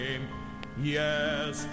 Yes